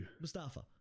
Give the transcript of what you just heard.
mustafa